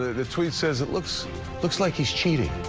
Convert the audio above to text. the the tweet says it looks looks like he's cheated.